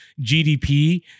GDP